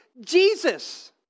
Jesus